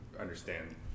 understand